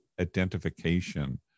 identification